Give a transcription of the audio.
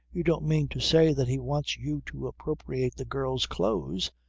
you don't mean to say that he wants you to appropriate the girl's clothes?